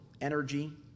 energy